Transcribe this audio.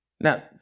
Now